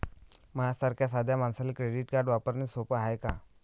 माह्या सारख्या साध्या मानसाले क्रेडिट कार्ड वापरने सोपं हाय का?